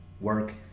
work